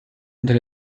unter